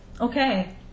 Okay